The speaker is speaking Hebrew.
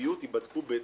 הבלעדיות ייבחנו.